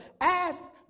Ask